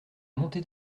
montée